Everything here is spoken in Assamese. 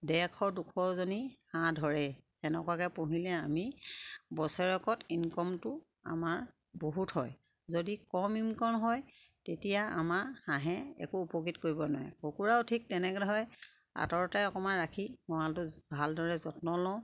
ডেৰশ দুশজনী হাঁহ ধৰে সেনেকুৱাকে পুহিলে আমি বছৰেকত ইনকমটো আমাৰ বহুত হয় যদি কম ইনকম হয় তেতিয়া আমাৰ হাঁহে একো উপকৃত কৰিব নোৱাৰে কুকুৰাও ঠিক তেনেকে ধৰে আঁতৰতে অকমান ৰাখি গঁৰালটো ভালদৰে যত্ন লওঁ